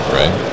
right